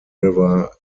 river